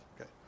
Okay